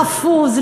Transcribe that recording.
חפוז,